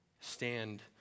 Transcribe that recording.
stand